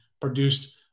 produced